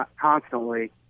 constantly